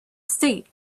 state